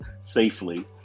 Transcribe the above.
safely